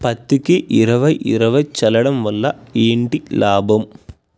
పత్తికి ఇరవై ఇరవై చల్లడం వల్ల ఏంటి లాభం?